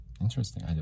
interesting